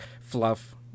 fluff